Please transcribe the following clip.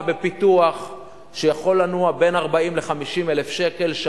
בפיתוח שיכולה לנוע בין 40,000 ל-50,000 שקל,